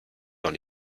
dans